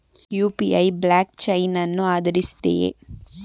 UPI block chain ಅನ್ನು ಆಧರಿಸಿದೆಯೇ?